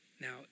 Now